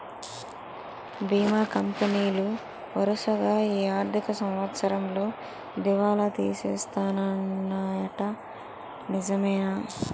బీమా కంపెనీలు వరసగా ఈ ఆర్థిక సంవత్సరంలో దివాల తీసేస్తన్నాయ్యట నిజమేనా